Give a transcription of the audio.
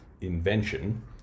invention